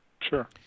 sure